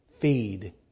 Feed